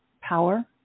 power